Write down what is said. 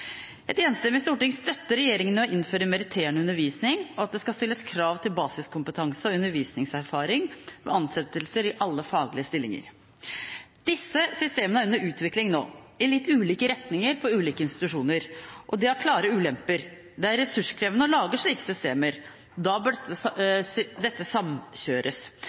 Et enstemmig storting støtter regjeringen i å innføre meritterende undervisning og at det skal stilles krav til basiskompetanse og undervisningserfaring ved ansettelser i alle faglige stillinger. Disse systemene er under utvikling nå, i litt ulike retninger ved ulike institusjoner, og det har klare ulemper. Det er ressurskrevende å lage slike systemer, og da bør dette samkjøres.